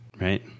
right